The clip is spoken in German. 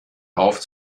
auf